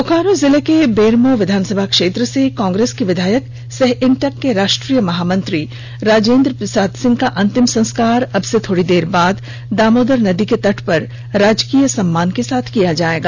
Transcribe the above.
बोकारो जिले के बेरमो विधानसभा क्षेत्र से कांग्रेस के विधायक सह इंटक के राष्ट्रीय महामंत्री राजेंद्र प्रसाद सिंह का अंतिम संस्कार अबसे थोडी देर बाद दामोदर नदी के तट पर राजकीय सम्मान के साथ किया जाएगा